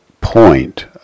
point